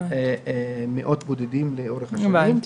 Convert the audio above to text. מאות בודדות לאורך השנים.